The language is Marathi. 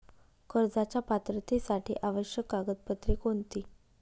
कर्जाच्या पात्रतेसाठी आवश्यक कागदपत्रे कोणती?